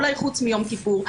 אולי חוץ מיום כיפור,